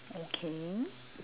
okay